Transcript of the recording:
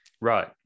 Right